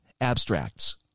abstracts